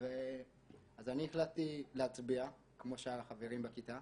אז אני החלטתי להצביע כמו שאר החברים בכיתה